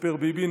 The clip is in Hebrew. מספר ביבי,